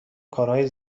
کارهای